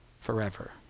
forever